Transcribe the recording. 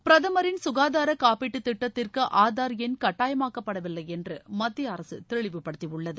பிரதுரின் ககாதார காப்பீட்டு திட்டத்திற்கு ஆதார் எண் கட்டாயமாக்கப்படவில்லை என்று மத்திய அரக தெளிவுப்படுத்தி உள்ளது